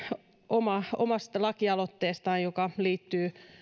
omasta lakialoitteestaan joka liittyy